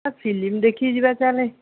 film ଦେଖି ଯିବା ଚାଲେ